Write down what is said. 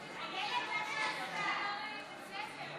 (תיקון מס' 7) לוועדה שתקבע ועדת הכנסת נתקבלה.